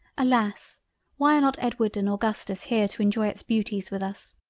alas why are not edward and augustus here to enjoy its beauties with us?